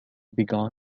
began